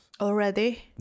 Already